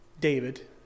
David